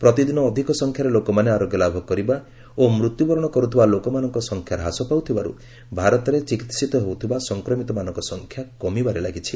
ପ୍ରତିଦିନ ଅଧିକ ସଂଖ୍ୟାରେ ଲୋକମାନେ ଆରୋଗ୍ୟଲାଭ କରିବା ଓ ମୃତ୍ୟୁବରଣ କରୁଥିବା ଲୋକମାନଙ୍କ ସଂଖ୍ୟା ହ୍ରାସ ପାଉଥିବାରୁ ଭାରତରେ ଚିକିିିିତ ହେଉଥିବା ସଂକ୍ମିତମାନଙ୍କ ସଂଖ୍ୟା କମିବାରେ ଲାଗିଛି